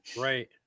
right